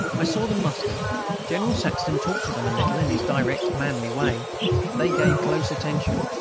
i saw them mustered general saxton talked to them a little, in his direct, manly way they gave close attention,